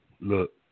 look